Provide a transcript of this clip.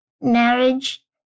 marriage